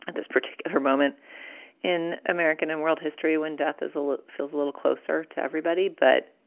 this particular moment in american and world history when death is a lot feels a little closer to everybody, but.